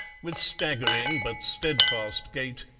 with staggering but steadfast gait,